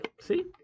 See